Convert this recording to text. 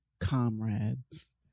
comrades